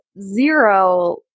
zero